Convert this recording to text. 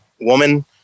woman